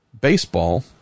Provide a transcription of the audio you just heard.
baseball